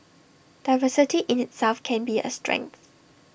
diversity in itself can be A strength